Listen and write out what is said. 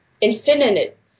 infinite